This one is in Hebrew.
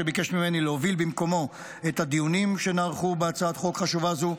שביקש ממני להוביל במקומו את הדיונים שנערכו בהצעת חוק חשובה זו.